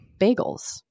bagels